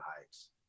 heights